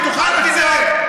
תוכל לצאת.